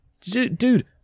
dude